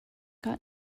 got